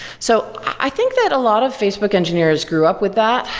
so i think that a lot of facebook engineers grew up with that.